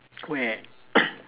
where